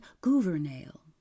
Gouvernail